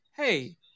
hey